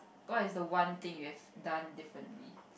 what is the one thing you've done differently